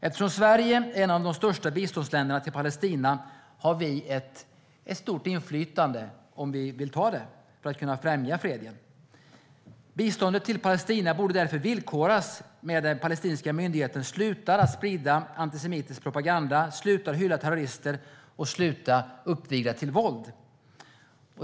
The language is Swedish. Eftersom Sverige är ett av de största biståndsländerna till Palestina har vi ett stort inflytande, om vi vill, att främja freden. Biståndet till Palestina borde därför villkoras med att den palestinska myndigheten slutar att sprida antisemitisk propaganda, slutar hylla terrorister och slutar uppvigla till våld.